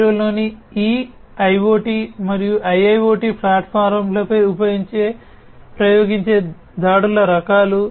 0 లోని ఈ IoT మరియు IIoT ప్లాట్ఫామ్లపై ప్రయోగించే దాడుల రకాలు